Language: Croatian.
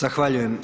Zahvaljujem.